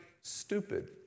stupid